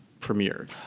premiered